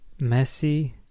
Messi